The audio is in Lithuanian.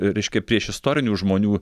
reiškia priešistorinių žmonių